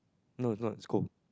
no it's not it's cold